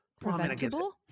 Preventable